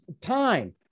time